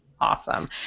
awesome